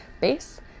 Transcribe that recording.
base